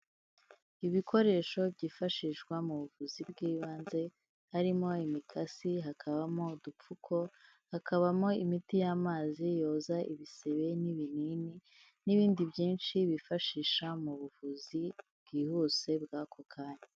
Ibikoresho byifashishwa mu buvuzi bw'ibanze harimo imikasi, hakabamo udupfuko, hakabamo imiti y'amazi yoza ibisebe n'ibinini n'ibindi byinshi bifashisha mu buvuzi bwihuse bw'ako kanya.